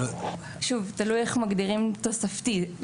שוב, תלוי איך מגדירים תוספתי.